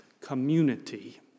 community